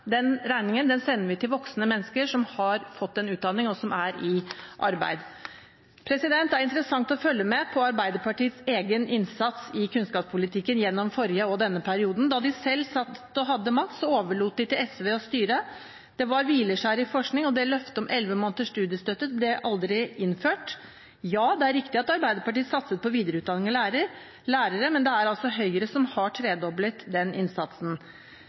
den regningen til studentene. Den regningen sender vi til voksne mennesker som har fått en utdanning, og som er i arbeid. Det er interessant å følge med på Arbeiderpartiets egen innsats i kunnskapspolitikken gjennom forrige periode og denne periode. Da de selv satt og hadde makt, overlot de til SV å styre. Det var hvileskjær innenfor forskning, og løftet om elleve måneders studiestøtte ble aldri innført. Ja, det er riktig at Arbeiderpartiet satser på videreutdanning av lærere, men det er altså Høyre som har tredoblet den innsatsen.